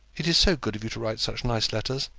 it is so good of you to write such nice letters,